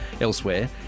elsewhere